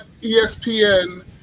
ESPN